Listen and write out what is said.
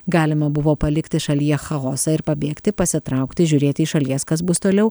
galima buvo palikti šalyje chaosą ir pabėgti pasitraukti žiūrėti iš šalies kas bus toliau